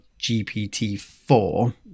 GPT-4